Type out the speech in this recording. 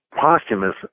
posthumous